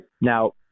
Now